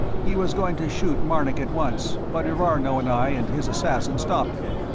he was going to shoot marnik at once, but erarno and i and his assassin stopped him.